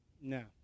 No